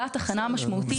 עבודת הכנה משמעותית.